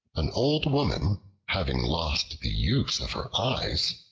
an old woman having lost the use of her eyes,